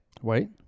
White